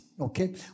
okay